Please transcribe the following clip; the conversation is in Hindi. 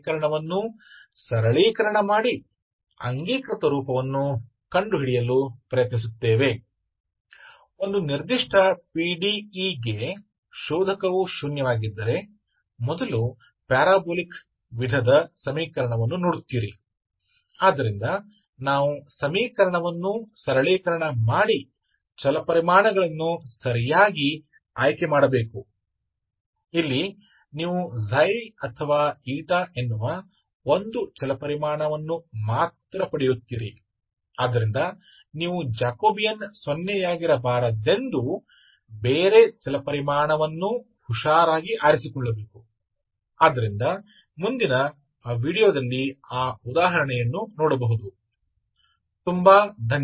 सबसे पहले परवलयिक प्रकार के समीकरण को केवल इसके डिस्क्रिमिनेट को देखते हुए देखेंगे यदि किसी दिए गए पीडीई PDE के लिए डिस्क्रिमिनेट शून्य है तो यह एक परवलयिक है इसलिए इस तरह के समीकरण को हम चुनकर कम कर देंगे हमें एक ठीक से चुनना होगा आपको केवल एक चर मिलेगा या तो ξ या η तो आपको दुसरे चर को इस तरह से चुनना होगा की जैकोबियन शून्य ना हो तो वो उदाहरण अगले वीडियो में देखोगे बहुत बहुत धन्यवाद